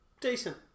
Decent